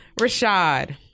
Rashad